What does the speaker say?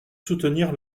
soutenir